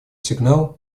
сигнал